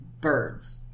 birds